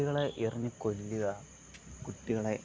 കുട്ടികളെ എറിഞ്ഞു കൊല്ലുക കുട്ടികളെ